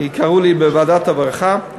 כי קראו לי בוועדת הרווחה.